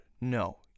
No